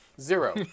Zero